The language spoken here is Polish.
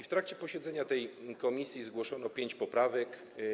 W trakcie posiedzenia komisji zgłoszono pięć poprawek.